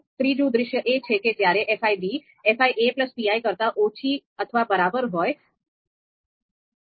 ત્રીજું દૃશ્ય એ છે કે જ્યારે fi fipi કરતાં ઓછી અથવા બરાબર હોય છે